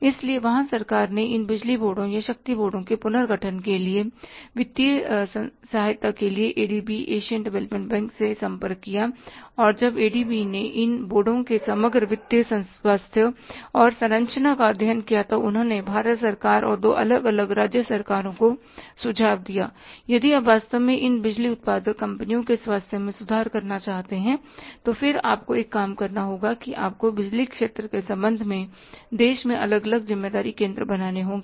इसलिए वहां सरकार ने इन बिजली बोर्डों या शक्ति बोर्डों के पुनर्गठन के लिए वित्तीय सहायता के लिए एडीबी एशियन डेवलपमेंट बैंक से संपर्क किया और जब एडीबी ने इन बोर्डों के समग्र वित्तीय स्वास्थ्य और संरचना का अध्ययन किया तो उन्होंने भारत सरकार और दो अलग अलग राज्य सरकारों को सुझाव दिया यदि आप वास्तव में इन बिजली उत्पादक कंपनियों के स्वास्थ्य में सुधार करना चाहते हैं तो फिर आपको एक काम करना होगा कि आपको बिजली क्षेत्र के संबंध में देश में अलग अलग ज़िम्मेदारी केंद्र बनाने होंगे